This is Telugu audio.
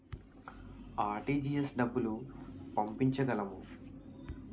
ఆర్.టీ.జి.ఎస్ డబ్బులు పంపించగలము?